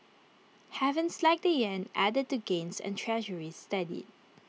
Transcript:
havens like the Yen added to gains and Treasuries steadied